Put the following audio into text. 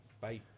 Bye